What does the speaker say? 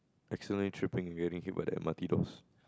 accidentally tripping and getting hit by the M_R_T doors